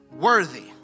Worthy